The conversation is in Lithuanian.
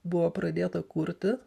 buvo pradėta kurti